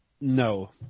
No